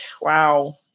wow